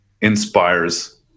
inspires